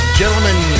gentlemen